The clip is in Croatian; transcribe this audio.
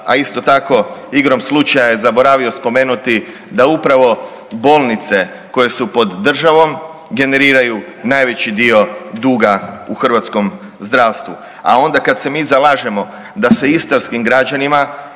a isto tako igrom slučaja je zaboravio spomenuti da upravo bolnice koje su pod državom generiraju najveći dio duga u hrvatskom zdravstvu. A onda kad se mi zalažemo da istarskim građanima